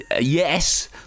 Yes